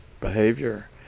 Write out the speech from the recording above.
behavior